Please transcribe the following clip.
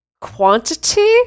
quantity